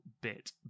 bit